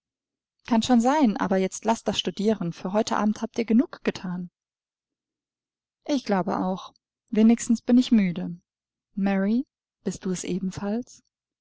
kann schon sein aber jetzt laßt das studieren für heute abend habt ihr genug gethan ich glaube auch wenigstens bin ich müde mary bist du es ebenfalls